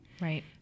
Right